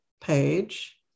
page